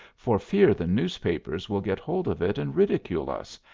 for fear the newspapers will get hold of it and ridicule us,